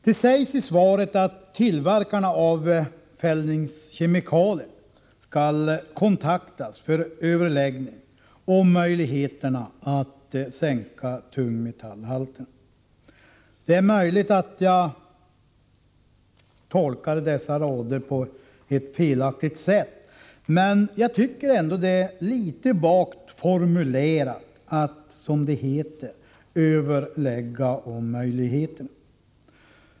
Det sägs i svaret att tillverkarna av fällningskemikalier skall kontaktas för överläggning om möjligheter att sänka tungmetallhalten. Det är möjligt att jag tolkar dessa rader på ett felaktigt sätt, men jag tycker ändå att det är litet vagt formulerat att, som det heter, ”överlägga om möjligheterna”.